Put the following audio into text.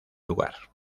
lugar